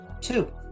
Two